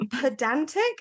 pedantic